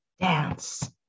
dance